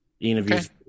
Interviews